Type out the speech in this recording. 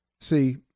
See